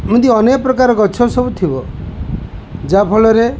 ଏମିତି ଅନେକ ପ୍ରକାର ଗଛ ସବୁ ଥିବ ଯାହାଫଳରେ